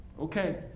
okay